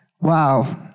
Wow